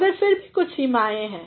मगर फिर भी कुछ सीमाएं हैं